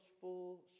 full